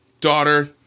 daughter